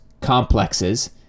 complexes